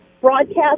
broadcast